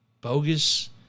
bogus